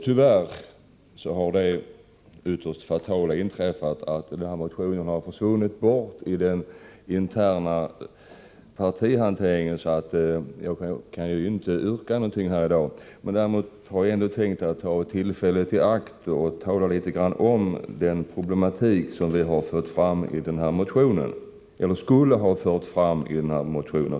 Tyvärr har det ytterst fatala inträffat, att motionen försvunnit i den interna partihanteringen, så jag kan inte yrka någonting här i dag. Däremot har jag tänkt ta tillfället i akt och säga några ord om den problematik som vi hade för avsikt att föra fram i motionen.